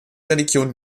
religionen